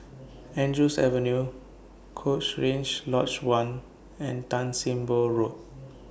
Andrews Avenue Cochrane Lodge one and Tan SIM Boh Road